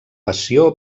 passió